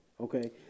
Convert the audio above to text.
okay